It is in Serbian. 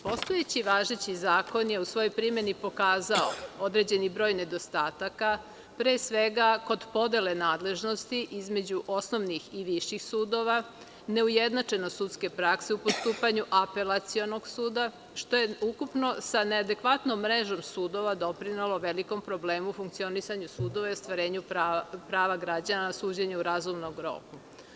Postojeći važeći zakon je u svojoj primeni pokazao određeni broj nedostataka, pre svega kod podele nadležnosti između osnovnih i viših sudova, neujednačenost sudske prakse u postupanju Apelacionog suda, što je ukupno sa neadekvatnom mrežom sudova doprinelo velikom problemu u funkcionisanju sudova i ostvarenju prava građana na suđenje u razumnom roku.